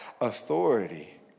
authority